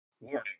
Warning